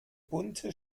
bunte